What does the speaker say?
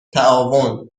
تعاون